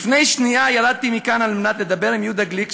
לפני שנייה ירדתי מכאן על מנת לדבר עם יהודה גליק,